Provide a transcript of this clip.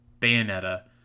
Bayonetta